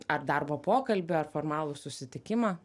ar darbo pokalbį ar formalų susitikimą